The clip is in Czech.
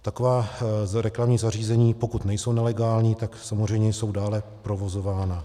Taková reklamní zařízení, pokud nejsou nelegální, tak samozřejmě jsou dále provozována.